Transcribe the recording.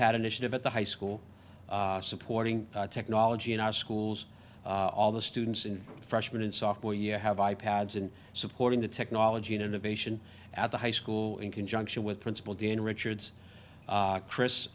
pad initiative at the high school supporting technology in our schools all the students in freshman and sophomore year have i pads and supporting the technology and innovation at the high school in conjunction with principal dan richards chris